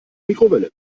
mikrowelle